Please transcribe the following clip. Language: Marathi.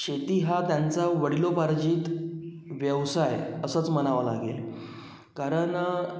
शेती हा त्यांचा वडिलोपार्जित व्यवसाय असंच म्हणावं लागेल कारण